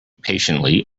patiently